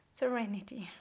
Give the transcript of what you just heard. serenity